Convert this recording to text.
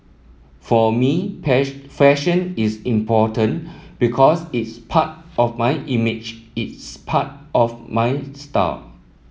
for me fashion is important because it's part of my image it's part of my star